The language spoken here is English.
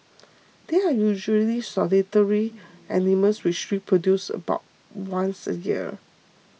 they are usually solitary animals which reproduce about once a year